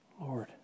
Lord